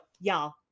y'all